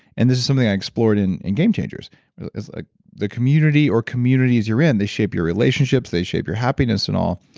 and this is something i explored in in game changers ah the community or communities you're in, they shape your relationships. they shape your happiness and all.